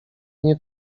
nie